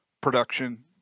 production